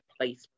place